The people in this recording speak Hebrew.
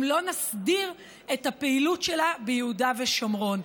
אם לא נסדיר את הפעילות שלה ביהודה ושומרון.